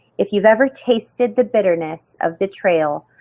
if you've ever tasted the bitterness of betrayal,